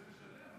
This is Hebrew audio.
כשהוא רוצה לשלם,